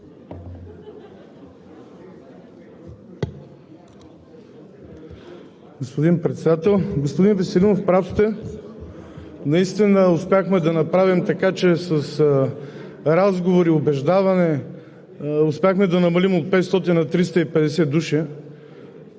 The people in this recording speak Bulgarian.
господин Председател. Господин Веселинов, прав сте. Наистина успяхме да направим така, че с разговори и убеждаване намалихме от 500 на 350 души